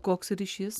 koks ryšys